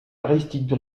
aristide